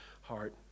heart